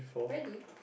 really